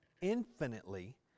infinitely